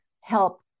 help